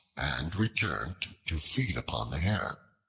and returned to feed upon the hare.